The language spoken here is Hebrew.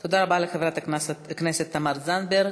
תודה רבה לחברת הכנסת תמר זנדברג.